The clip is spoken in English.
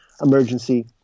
emergency